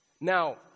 Now